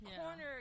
corner